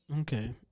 Okay